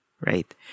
right